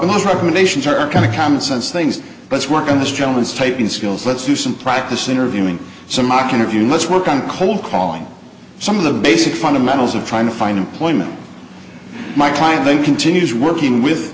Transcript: e recommendations are kind of common sense things let's work on this gentleman's typing skills let's do some practice interviewing some mock interview let's work on cold calling some of the basic fundamentals of trying to find employment my finding continues working with